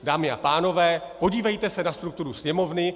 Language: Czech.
Dámy a pánové, podívejte se na strukturu Sněmovny.